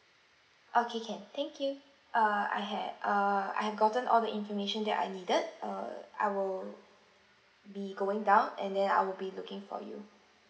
okay can thank you err I had err I have gotten all the information that I needed err I will be going down and then I will be looking for you